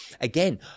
again